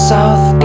South